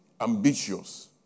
ambitious